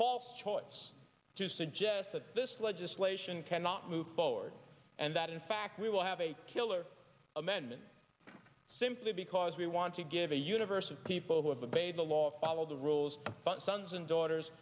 false choice to suggest that this legislation cannot move forward and that in fact we will have a killer amendment simply because we want to give a universe of people who have the baby the law follow the rules but sons and daughters